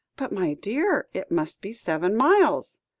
but, my dear, it must be seven miles.